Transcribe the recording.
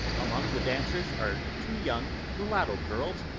among the dancers are two young mulatto girls,